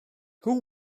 who